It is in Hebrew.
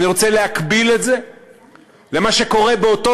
אני רוצה להקביל את זה למה שקורה באותו